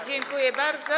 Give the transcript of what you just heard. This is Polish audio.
Dziękuję bardzo.